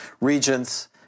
regents